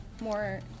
more